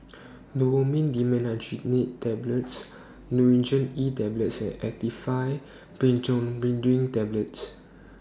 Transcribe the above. Novomin Dimenhydrinate Tablets Nurogen E Tablet and Actifed Tablets